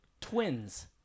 Twins